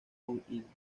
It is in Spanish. con